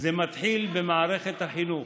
זה מתחיל במערכת החינוך.